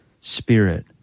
spirit